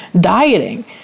dieting